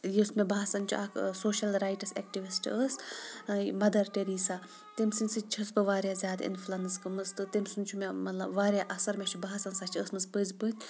یُس مےٚ باسان چھِ اَکھ سوشَل رایٹٕس ایکٹِوِسٹ ٲس مَدَر ٹیٚریٖسا تٔمۍ سٕنٛدۍ سۭتۍ چھٮ۪س بہٕ واریاہ زیادٕ اِنفٕلَنٕس گٔمٕژ تہٕ تٔمۍ سُنٛد چھُ مےٚ مطلب واریاہ اثر مےٚ چھِ باسان سۄ چھےٚ ٲسۍ مٕژ پٔزۍ پٲٹھی